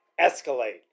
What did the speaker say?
escalate